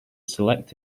select